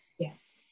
Yes